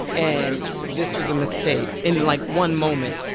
and this was a mistake, in, like, one moment.